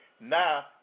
Now